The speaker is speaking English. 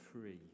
free